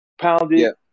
pounded